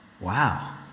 wow